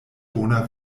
bona